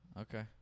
Okay